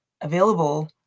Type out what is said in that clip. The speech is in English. available